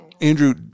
Andrew